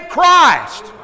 Christ